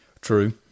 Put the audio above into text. True